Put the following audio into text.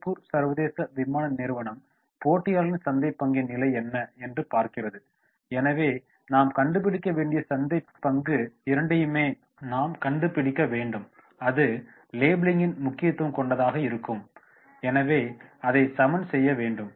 Singapore சர்வதேச விமான நிறுவனம் போட்டியாளர்களின் சந்தைப் பங்கின் நிலை என்ன என்று பார்க்கிறது எனவே நாம் கண்டுபிடிக்க வேண்டிய சந்தைப் பங்கு இரண்டையுமே நாம் கண்டுபிடிக்க வேண்டும் அது லேபிளிங்கின் முக்கியதுவம் கொண்டதாக இருக்கும் எனவே அதை சமன் செய்ய வேண்டும்